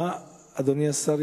אדוני סגן השר,